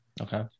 Okay